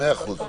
מאה אחוז.